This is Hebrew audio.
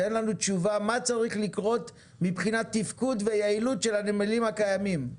תן לנו תשובה מה צריך לקרות מבחינת תפקוד ויעילות של הנמלים הקיימים.